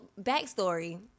backstory